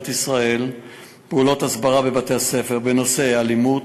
ישראל פעולות הסברה בבתי-הספר בנושאי אלימות,